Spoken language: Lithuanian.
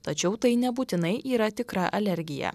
tačiau tai nebūtinai yra tikra alergija